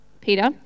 Peter